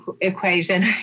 equation